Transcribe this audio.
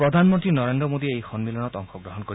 প্ৰধানমন্ত্ৰী নৰেদ্ৰ মোদীয়ে এই সমিলনত অংশ গ্ৰহণ কৰিব